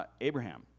Abraham